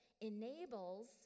enables